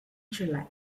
july